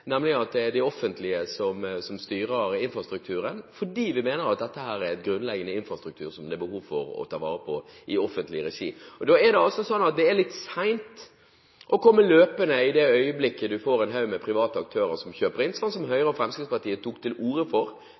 at det er det offentlige som styrer infrastrukturen, fordi vi mener at dette er en grunnleggende infrastruktur som det er behov for å ta vare på i offentlig regi. Da er det litt sent å komme løpende i det øyeblikket en får en haug med private aktører som kjøper inn, som Høyre og Fremskrittspartiet tok til orde for